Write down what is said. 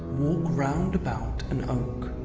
walk round about an oak,